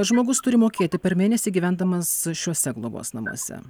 žmogus turi mokėti per mėnesį gyvendamas šiuose globos namuose